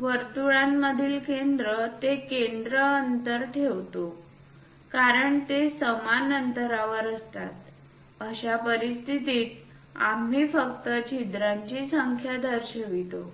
वर्तुळांमधील केंद्र ते केंद्र अंतर ठेवतो कारण ते समान अंतरावर असतात अशा परिस्थितीत आम्ही फक्त छिद्रांची संख्या दर्शवितो